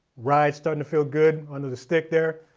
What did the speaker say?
ride's starting to feel good under the stick there.